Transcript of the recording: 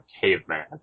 caveman